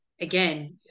again